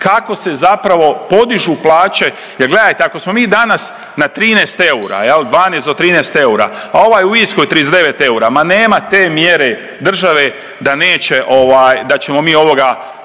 kako se zapravo podižu plaće jer gledajte ako smo mi danas na 13 eura, 12 do 13 eura, a ovaj u Irskoj 39 eura. Ma nema te mjere države da neće ovaj, da ćemo mi ovoga